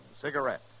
cigarette